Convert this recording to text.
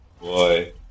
Boy